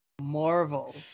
Marvel